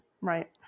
Right